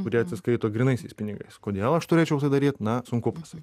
kurie atsiskaito grynaisiais pinigais kodėl aš turėčiau tai daryt na sunku pasakyt